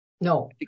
No